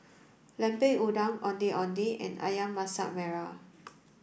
Lemper Udang Ondeh Ondeh and Ayam Masak Merah